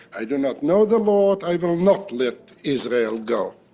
i do not know the lord. i will not let israel go.